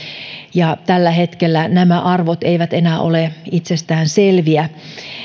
ja tällä hetkellä nämä arvot eivät enää ole itsestäänselviä